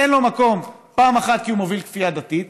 אין לו מקום פעם אחת כי הוא מוביל כפייה דתית,